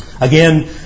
again